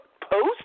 post